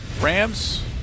Rams